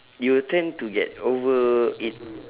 you tend to get over eat